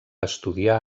estudiar